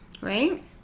right